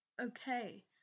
Okay